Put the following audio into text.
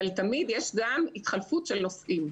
אבל תמיד יש גם התחלפות של נושאים.